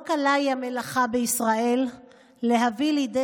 לא קלה היא המלאכה בישראל להביא לידי